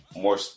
more